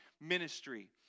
ministry